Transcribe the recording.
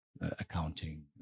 accounting